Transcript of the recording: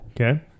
Okay